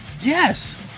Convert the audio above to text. Yes